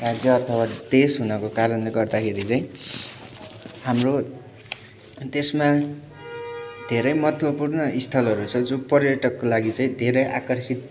राज्य अथवा देश हुनाको कारणले गर्दाखेरि चाहिँ हाम्रो देशमा धेरै महत्त्वपूर्ण स्थलहरू छ जो पर्यटकको लागि चाहिँ धेरै आकर्षित